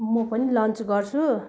म पनि लन्च गर्छु